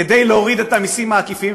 כדי להוריד את המסים העקיפים,